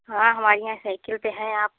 हाँ हमारे यहाँ साइकिल पर हैं आप